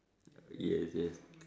yes yes